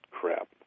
crap